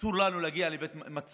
אסור לנו להגיע למצב